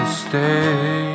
stay